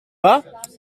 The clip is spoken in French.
pas